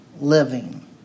living